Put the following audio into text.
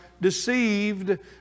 deceived